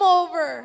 over